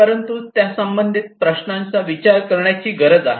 परंतु त्यासंबंधित प्रश्नांचा विचार करण्याची गरज आहे